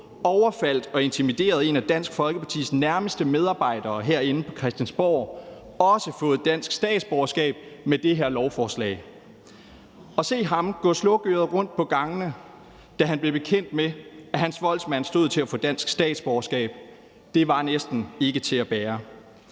overfaldt og intimiderede en af Dansk Folkepartis nærmeste medarbejdere herinde på Christiansborg, også fået dansk statsborgerskab med det her lovforslag. At se ham gå slukøret rundt på gangene, da han blev bekendt med, at hans voldsmand stod til at få dansk statsborgerskab, var næsten ikke til at bære.